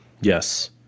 yes